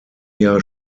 jahr